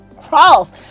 cross